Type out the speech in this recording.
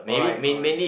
alright alright